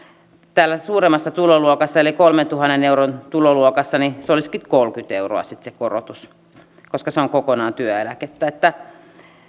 täällä suuremmassa tuloluokassa eli kolmentuhannen euron tuloluokassa se korotus olisikin sitten kolmekymmentä euroa koska se on kokonaan työeläkettä